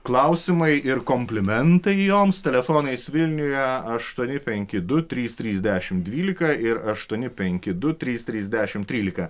klausimai ir komplimentai joms telefonais vilniuje aštuoni penki du trys trys dešimt dvylika ir aštuoni penki du trys trys dešimt trylika